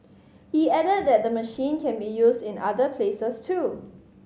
he added that the machine can be used in other places too